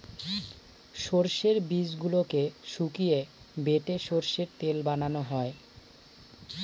সর্ষের বীজগুলোকে শুকিয়ে বেটে সর্ষের তেল বানানো হয়